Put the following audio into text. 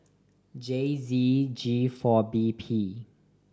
J Z G four B P